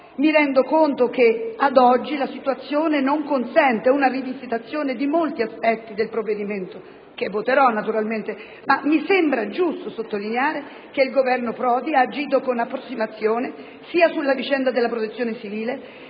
Mi rendo conto che ad oggi la situazione non consente una rivisitazione di numerosi aspetti del decreto-legge, che voterò naturalmente; mi sembra tuttavia giusto sottolineare che il Governo Prodi ha agito con approssimazione sia sulla vicenda della protezione civile